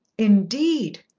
indeed!